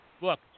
Look